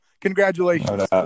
congratulations